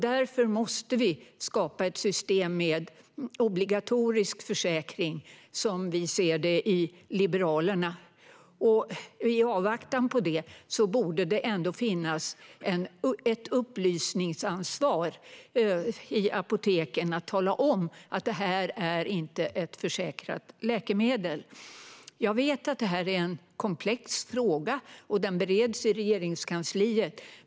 Därför måste vi, som vi i Liberalerna ser det, skapa ett system med obligatorisk försäkring. I väntan på det borde det finnas ett upplysningsansvar för apoteken att tala om att det här inte är ett försäkrat läkemedel. Jag vet att det här är en komplex fråga och att den bereds i Regeringskansliet.